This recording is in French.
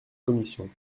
commission